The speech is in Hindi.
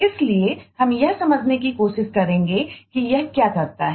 इसलिए हम यह समझने की कोशिश करेंगे कि यह क्या करता है